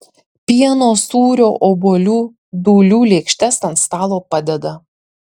pieno sūrio obuolių dūlių lėkštes ant stalo padeda